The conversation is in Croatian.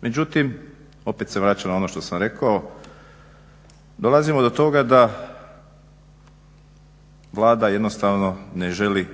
Međutim, opet se vraćam na ono što sam rekao, dolazimo do toga da Vlada jednostavno ne želi